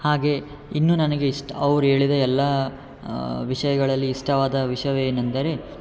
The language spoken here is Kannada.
ಹಾಗೆ ಇನ್ನು ನನಗೆ ಇಷ್ಟು ಅವ್ರು ಹೇಳಿದ ಎಲ್ಲ ವಿಷಯಗಳಲ್ಲಿ ಇಷ್ಟವಾದ ವಿಷಯವೇನೆಂದರೆ